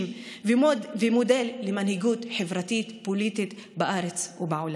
ומודל למנהיגות חברתית פוליטית בארץ ובעולם,